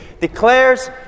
declares